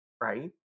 right